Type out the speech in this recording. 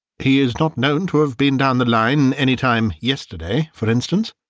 he is not known to have been down the line any time yesterday, for instance?